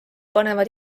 panevad